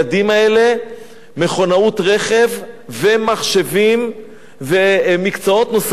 האלה מכונאות רכב ומחשבים ומקצועות נוספים,